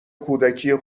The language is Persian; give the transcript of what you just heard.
کودکی